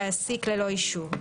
להעסיק ללא אישור.